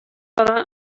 bada